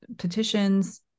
petitions